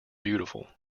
beautiful